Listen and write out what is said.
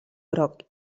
groc